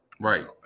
right